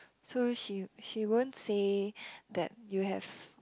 so she she won't say that you have